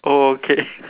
okay